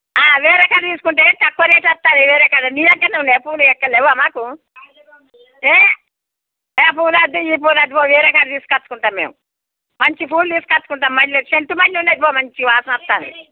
వేరే కాడ తీసుకుంటే తక్కువ రేట్ వస్తుంది వేరే కాడ నీ దగ్గరే ఉన్నయా పూలు ఇక ఎక్కడ లెవా అమ్మ మాకు ఏయ్ ఆ పూలు వద్దు ఈ పూలు వద్దు వేరే కాడ తీసుకొచ్చుకుంటాం మేము మంచి పూలు తీసుకొచ్చుకుంటాం మల్లె సెంటు మల్లె ఉన్నాయి పో మంచి వాసన వస్తాయి